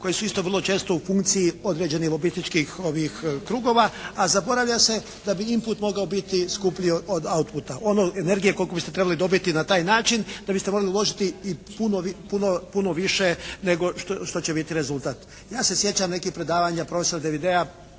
koje su isto vrlo često u funkciji određenih lobističkih krugova. A zaboravlja se da bi input mogao biti skuplji od outputa. Ono energije koliko biste trebali dobiti na taj način da biste morali uložiti i puno više nego što će biti rezultat. Ja se sjećam nekih predavanja, profesor Devidea